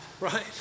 Right